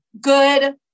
good